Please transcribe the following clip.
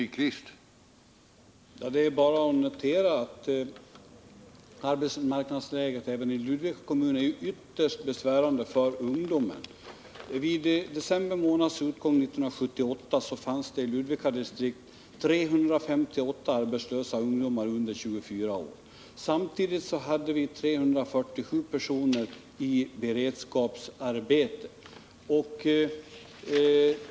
Herr talman! Det är bara att notera att arbetsmarknadsläget även i Ludvika kommun är ytterst besvärande för ungdomen. Vid december månads utgång 1978 fanns det i Ludvikadistriktet 358 arbetslösa ungdomar under 24 år. Samtidigt hade vi 347 personer i beredskapsarbete.